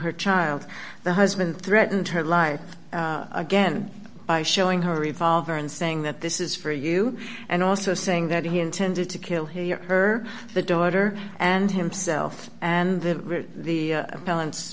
her child the husband threatened her life again by showing her revolver and saying that this is for you and also saying that he intended to kill him or her the daughter and himself and then the balance